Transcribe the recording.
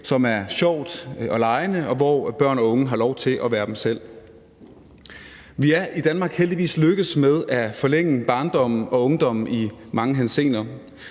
som er sjovt og legende, og hvor børn og unge har lov til at være sig selv. Vi er i Danmark heldigvis lykkedes med at forlænge barndommen og ungdommen i mange henseender.